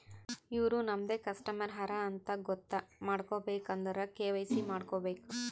ಇವ್ರು ನಮ್ದೆ ಕಸ್ಟಮರ್ ಹರಾ ಅಂತ್ ಗೊತ್ತ ಮಾಡ್ಕೋಬೇಕ್ ಅಂದುರ್ ಕೆ.ವೈ.ಸಿ ಮಾಡ್ಕೋಬೇಕ್